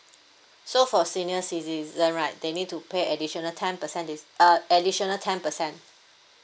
so for senior citizen right they need to pay additional ten percent dis~ uh additional ten percent